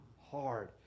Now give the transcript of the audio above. hard